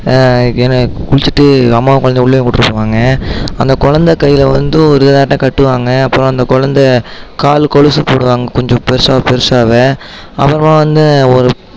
என்ன குளிச்சுட்டு அம்மாவும் குழந்தையும் உள்ளேயும் கூட்டிட்டு போவங்க அந்த கொழந்தை கையில் வந்து ஒரு இதாட்டம் கட்டுவாங்க அப்றம் அந்த கொழந்தை கால் கொலுசு போடுவாங்க கொஞ்சம் பெருசாக பெருசாக அப்பறம் வந்து ஒரு